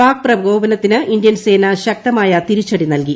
പാക് പ്രകോപനത്തിന് ഇന്ത്യൻ സേന ശക്ത്മായ തിരിച്ചടി നൽകി